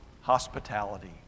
hospitality